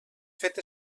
fet